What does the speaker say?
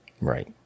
Right